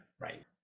right